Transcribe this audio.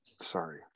Sorry